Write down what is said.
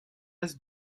est